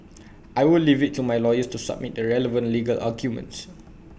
I will leave IT to my lawyers to submit the relevant legal arguments